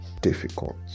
difficult